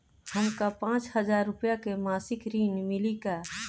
हमका पांच हज़ार रूपया के मासिक ऋण मिली का?